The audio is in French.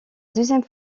deuxième